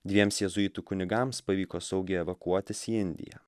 dviems jėzuitų kunigams pavyko saugiai evakuotis į indiją